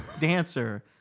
Dancer